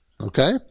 Okay